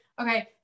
okay